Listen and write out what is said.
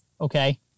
Okay